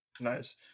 Nice